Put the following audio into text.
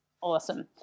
Awesome